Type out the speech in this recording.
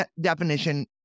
definition